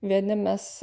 vieni mes